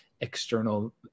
external